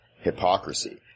hypocrisy